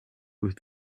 with